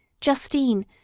Justine